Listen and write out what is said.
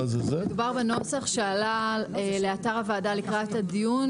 מדובר בנוסח שעלה לאתר הוועדה לקראת הדיון.